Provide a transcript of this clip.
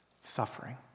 suffering